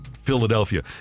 Philadelphia